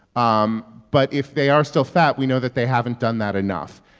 um but if they are still fat, we know that they haven't done that enough.